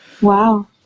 wow